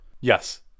yes